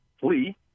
flee